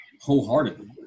wholeheartedly